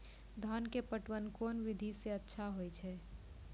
धान के पटवन कोन विधि सै अच्छा होय छै?